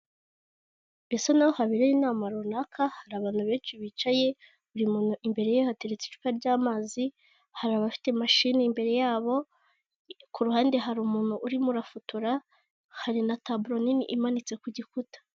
Bisa n'aho habereye inama runaka hari abantu benshi bicaye buri muntu imbere ye hateretse icupa ry'amazi, hari abafite i mashini imbere yabo kuruhande hari umuntu urimo urafotora, hari na taburo nini imanitse ku gikuta.